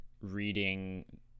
reading